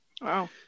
Wow